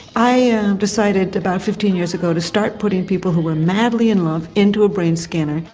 i decided about fifteen years ago to start putting people who were madly in love into a brain scanner.